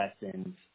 lessons